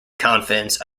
confidence